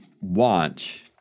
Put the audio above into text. watch